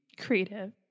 creative